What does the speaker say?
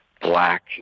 black